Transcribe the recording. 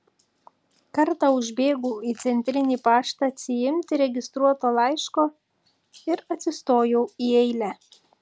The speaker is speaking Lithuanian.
kartą užbėgau į centrinį paštą atsiimti registruoto laiško ir atsistojau į eilę